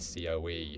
coe